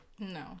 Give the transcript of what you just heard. No